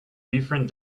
different